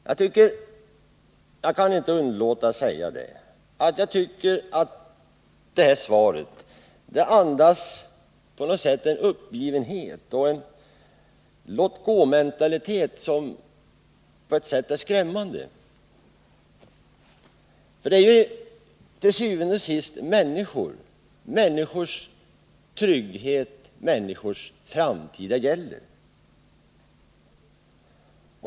Om verksamheten Jag kan inte underlåta att säga att jag tycker att svaret på något sätt andas vid Ljusne Kätting en uppgivenhet och en skrämmande låtgåmentalitet. Til syvende og sidst är AB det ju människor samt människors trygghet och människors framtid det gäller.